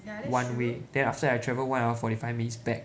one way then after that I travel one hour forty five minutes back